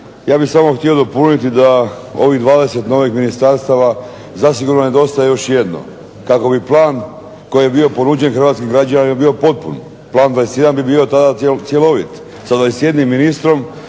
Ja bih samo htio nadopuniti da ovih 20 novih ministarstava zasigurno nedostaje još jedno kako bi plan koji je bio ponuđen hrvatskim građanima bio potpun, plan 21 bi bio tada cjelovit. Sa 21 ministrom,